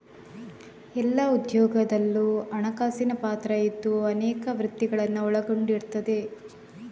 ಎಲ್ಲಾ ಉದ್ಯೋಗದಲ್ಲೂ ಹಣಕಾಸಿನ ಪಾತ್ರ ಇದ್ದು ಅನೇಕ ವೃತ್ತಿಗಳನ್ನ ಒಳಗೊಂಡಿರ್ತದೆ